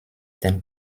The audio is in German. den